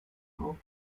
auch